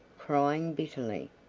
crying bitterly.